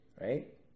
right